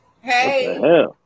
hey